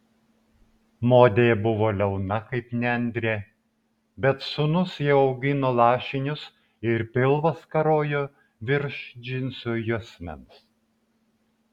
modė buvo liauna kaip nendrė bet sūnus jau augino lašinius ir pilvas karojo virš džinsų juosmens